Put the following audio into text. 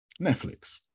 Netflix